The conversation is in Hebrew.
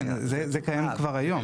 זה כן, זה קיים כבר היום.